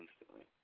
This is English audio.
instantly